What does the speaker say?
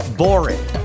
boring